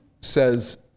says